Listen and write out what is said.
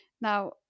Now